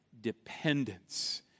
dependence